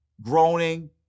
groaning